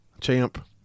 Champ